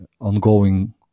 ongoing